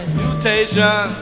mutation